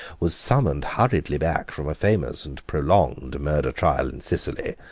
was summoned hurriedly back from a famous and prolonged murder trial in sicily,